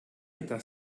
eta